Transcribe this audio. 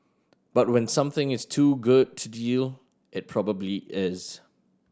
but when something is too good to deal it probably is